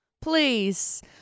Please